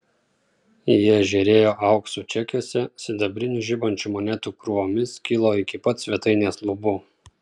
jie žėrėjo auksu čekiuose sidabrinių žibančių monetų krūvomis kilo iki pat svetainės lubų